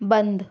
बंद